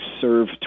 serve